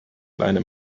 alleine